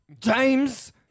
James